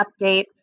update